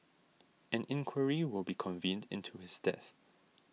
an inquiry will be convened into his death